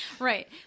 Right